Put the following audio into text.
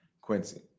Quincy